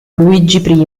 luigi